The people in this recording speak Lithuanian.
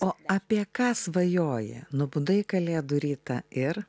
o apie ką svajoji nubudai kalėdų rytą ir